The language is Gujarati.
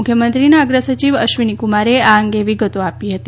મુખ્યમંત્રીના અગ્રસચિવ અશ્વિનીકુમારે આ અંગે વિગતો આપી હતી